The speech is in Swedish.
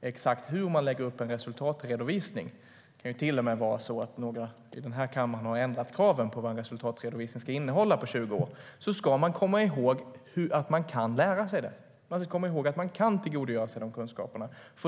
exakt hur man lägger upp en resultatredovisning - det kan till och med vara så att några i den här kammaren efter 20 år har ändrat kraven på vad en resultatredovisning ska innehålla - ska de komma ihåg att man kan lära sig det. De ska komma ihåg att man kan tillgodogöra sig de kunskaperna.